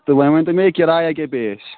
تہٕ وۄنۍ ؤنۍتو مےٚ یہِ کِرایہ کیٛاہ پیٚیہِ اَسہِ